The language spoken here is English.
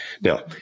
Now